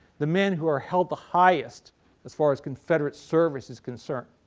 the men who are held the highest as far as confederate service is concerned.